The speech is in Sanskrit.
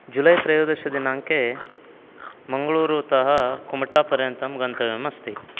जुलै त्रयोदशदिनाङ्के मङ्गळूरुतः कुमटापर्यन्तं गन्तव्यमस्ति